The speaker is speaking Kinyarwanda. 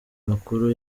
makuru